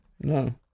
No